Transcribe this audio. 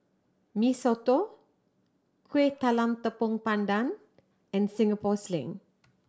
Mee Soto Kuih Talam Tepong Pandan and Singapore Sling